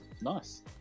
Nice